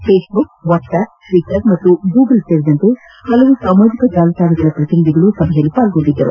Facebook WhatsApp Twitter ಹಾಗೂ Google ಸೇರಿದಂತೆ ಹಲವಾರು ಸಾಮಾಜಿಕ ಜಾಲತಾಣಗಳ ಪ್ರತಿನಿಧಿಗಳು ಈ ಸಭೆಯಲ್ಲಿ ಪಾಲ್ಗೊಂಡಿದ್ದರು